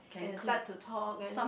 and you start to talk then